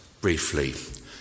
briefly